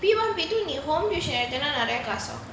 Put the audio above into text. P one P two need home tuition class நெறய கஷ்டம்:neraya kashtam